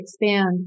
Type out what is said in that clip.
expand